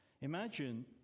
imagine